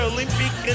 Olympic